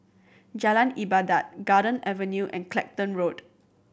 Jalan Ibadat Garden Avenue and Clacton Road